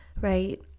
right